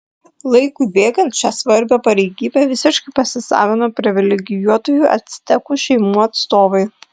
laikui bėgant šią svarbią pareigybę visiškai pasisavino privilegijuotųjų actekų šeimų atstovai